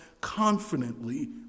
confidently